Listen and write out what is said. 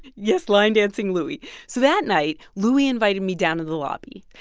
yes, line dancing louis so that night, louis invited me down to the lobby.